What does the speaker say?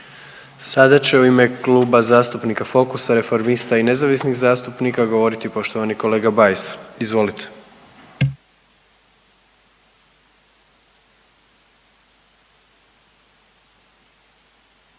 Sada će u ime Kluba zastupnika Focusa, Reformista i nezavisnih zastupnika govoriti poštovani kolega Bajs. Izvolite.